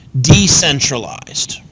Decentralized